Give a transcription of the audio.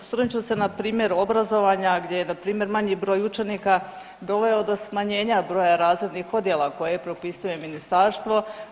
Osvrnut ću se na primjer obrazovanja gdje je npr. manji broj učenika doveo do smanjenja broja razrednih odjela koje propisuje Ministarstvo.